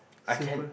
simple